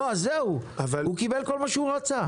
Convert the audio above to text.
הוא קיבל כל מה שהוא רצה.